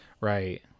Right